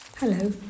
Hello